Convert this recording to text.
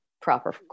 proper